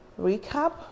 recap